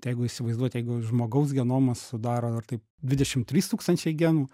tai jeigu įsivaizduot jeigu žmogaus genomą sudaro ar tai dvidešim trys tūkstančiai genų